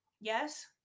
Yes